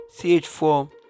CH4